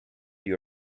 you